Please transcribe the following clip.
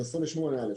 28(א),